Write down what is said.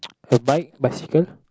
the bike bicycle